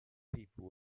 people